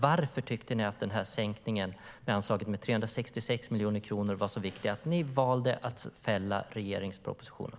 Varför tyckte ni att sänkningen av anslaget med 366 miljoner kronor var så viktig att ni valde att fälla regeringspropositionen?